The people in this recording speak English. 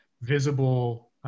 visible